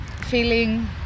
feeling